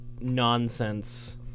nonsense